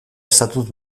estatus